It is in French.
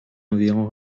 environ